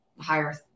higher